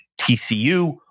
TCU